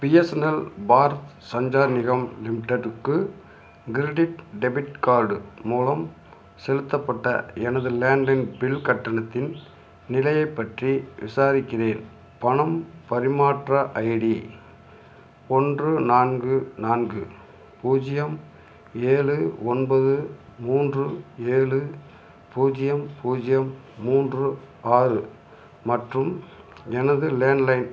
BSNL Bharat Sanchar Nigam லிமிடெடுக்கு credit debit card மூலம் செலுத்தப்பட்ட எனது லேண்ட் லைன் பில் கட்டணத்தின் நிலையைப் பற்றி விசாரிக்கிறேன் பணம் பரிமாற்ற ஐடி ஒன்று நான்கு நான்கு பூஜ்யம் ஏழு ஒன்பது மூன்று ஏ பூஜ்யம் பூஜ்யம் மூன்று ஆறு மற்றும் எனது லேண்ட் லைன்